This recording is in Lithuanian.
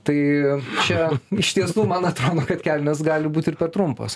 tai čia iš tiestų man atrodo kad kelnės gali būt ir per trumpos